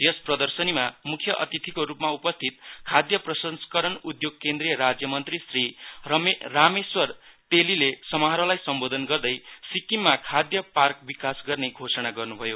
यस प्रदर्शनीमा मुख्य अतिथिको रूपमा उपस्थित खाद्य प्रसंस्करण उद्योग केन्द्रिय राज्य मन्त्री श्री रामेश्वर तेलीले समारोहलाई सम्बोधन गर्दै सिक्किममा खाद्य पार्क विकास गर्ने घोषण गर्नुभयो